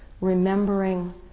remembering